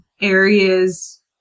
areas